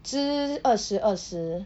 只二十二十